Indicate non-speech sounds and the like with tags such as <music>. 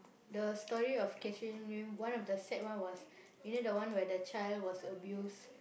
the story of Katherine <noise> one of the sad one was you know the one where the child was abused